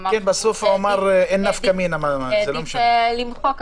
אמר שהוא העדיף למחוק,